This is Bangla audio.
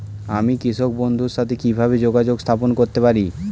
আমি কৃষক বন্ধুর সাথে কিভাবে যোগাযোগ স্থাপন করতে পারি?